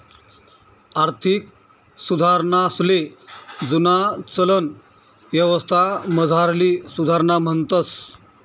आर्थिक सुधारणासले जुना चलन यवस्थामझारली सुधारणा म्हणतंस